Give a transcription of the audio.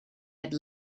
had